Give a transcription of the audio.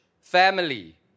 family